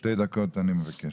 שתי דקות אני מבקש.